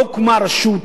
לא הוקמה רשות,